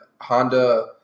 Honda